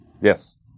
yes